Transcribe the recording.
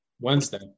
wednesday